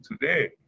today